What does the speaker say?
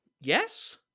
Yes